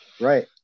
right